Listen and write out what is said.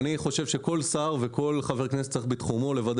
אני חושב שכל שר וכל חבר כנסת צריך לוודא